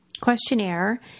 questionnaire